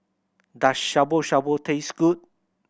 does Shabu Shabu taste good